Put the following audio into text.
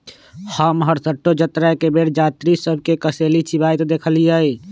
हम हरसठ्ठो जतरा के बेर जात्रि सभ के कसेली चिबाइत देखइलइ